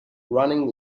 running